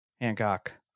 Hancock